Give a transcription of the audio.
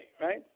right